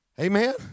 amen